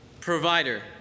provider